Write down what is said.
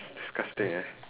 disgusting eh